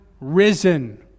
risen